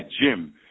gym